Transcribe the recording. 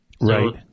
Right